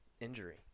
injury